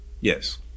Yes